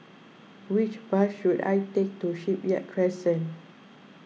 which bus should I take to Shipyard Crescent